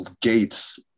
gates